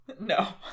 No